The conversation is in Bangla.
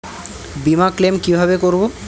বিমা ক্লেম কিভাবে করব?